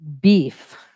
beef